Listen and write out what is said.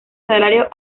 salario